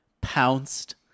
pounced